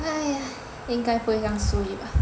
!aiya! 应该不会这样 suay